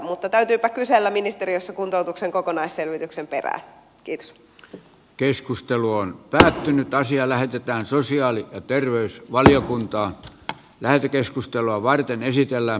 mutta täytyypä kysellä ministeriössä kuntoutuksen kokonaisselvityksen perään tiks keskustelu on päättynyt ja asia lähetetään sosiaali ja terveysvaliokuntaa lähetekeskustelua varten esitellään